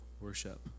worship